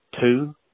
two